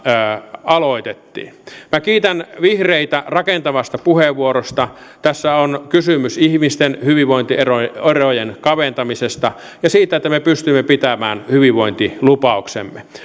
aloitettiin minä kiitän vihreitä rakentavasta puheenvuorosta tässä on kysymys ihmisten hyvinvointierojen kaventamisesta ja siitä että me pystymme pitämään hyvinvointilupauksemme